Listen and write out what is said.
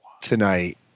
tonight